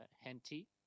Henty